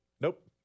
Nope